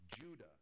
Judah